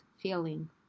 feeling